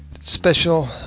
special